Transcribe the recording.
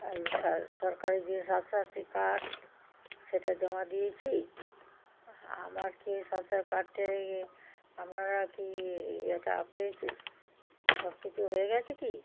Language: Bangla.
আর সর সরকারি যে স্বাস্থ্য সাথী কার্ড সেটা জমা দিয়েছি আমার কি স্বাস্থ্য সাথী কার্ডটা আপনারা কি এটা পেয়েছে সব কিছু হয়ে গেছে কি